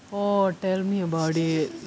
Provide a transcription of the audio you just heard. oh tell me about it